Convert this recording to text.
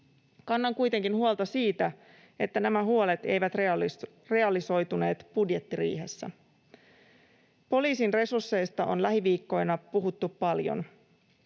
Kannan huolta siitä, että nämä huolet eivät realisoituneet budjettiriihessä. Poliisin resursseista on lähiviikkoina puhuttu paljon,